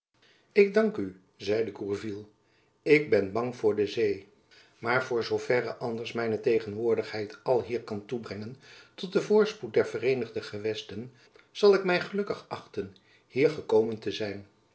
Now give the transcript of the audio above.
ik dank u zeide gourville ik ben bang voor de zee maar voor zoo verre anders mijn tegenwoordigheid alhier kan toebrengen tot den voorspoed der vereenigde gewesten zal ik my gelukkig achten hier gekomen te zijn